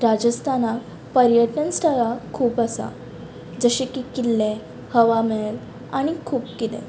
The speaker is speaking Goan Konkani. राजस्थाना पर्यटन स्थळां खूब आसात जशे की किल्ले हवा मेहेल आनी खूब कितें